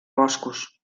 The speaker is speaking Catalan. boscos